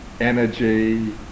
energy